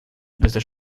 desde